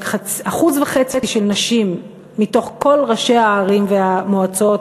רק 1.5% של נשים מכל ראשי הערים והמועצות